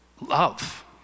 love